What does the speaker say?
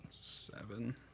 seven